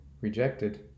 rejected